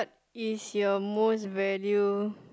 is your most value